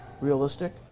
realistic